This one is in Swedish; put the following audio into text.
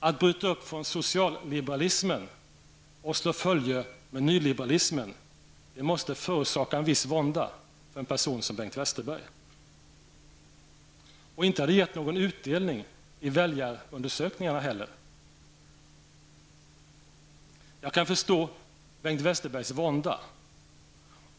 Att bryta upp från socialliberalismen och slå följe med nyliberalismen måste förorsaka en viss vånda för en person som Bengt Westerberg. Inte har den gett någon utdelning enligt väljarundersökningarna heller. Jag kan förstå Bengt Westerbergs vånda.